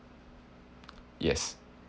yes